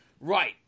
Right